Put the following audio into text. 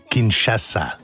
Kinshasa